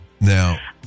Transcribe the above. Now